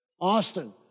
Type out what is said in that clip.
Austin